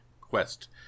quest